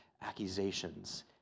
accusations